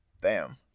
Bam